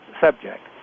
subject